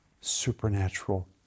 supernatural